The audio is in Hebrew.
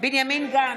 בנימין גנץ,